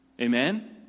Amen